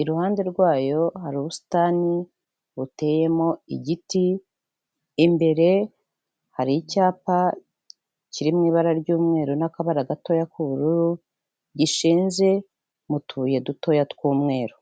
iruhande rwayo hari ubusitani buteyemo igiti, imbere hari icyapa kiri mu ibara ry'umweru n'akabara gatoya k'ubururu, gishinze mu tubuye dutoya tw'umweru.